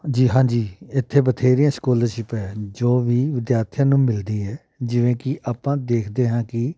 ਜੀ ਹਾਂਜੀ ਇੱਥੇ ਬਥੇਰੀਆਂ ਸਕੋਲਰਸ਼ਿਪਾਂ ਹਨ ਜੋ ਵੀ ਵਿਦਿਆਰਥੀਆਂ ਨੂੰ ਮਿਲਦੀ ਹੈ ਜਿਵੇਂ ਕਿ ਆਪਾਂ ਦੇਖਦੇ ਹਾਂ ਕਿ